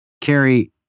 Carrie